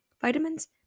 vitamins